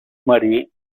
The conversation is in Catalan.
marí